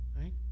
right